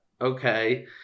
okay